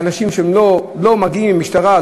לאנשים שלא מגיעים מהמשטרה,